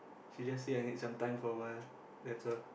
he just say I need some time for a while